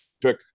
took